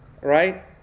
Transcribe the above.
right